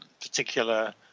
particular